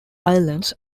islands